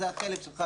זה החלק שלך,